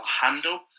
handle